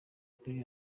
kuri